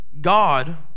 God